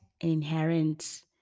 inherent